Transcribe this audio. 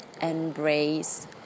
embrace